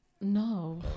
No